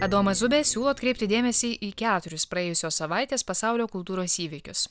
adomas zubė siūlo atkreipti dėmesį į keturis praėjusios savaitės pasaulio kultūros įvykius